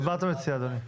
אז מה אתה מציע, אדוני?